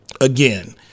again